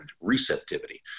receptivity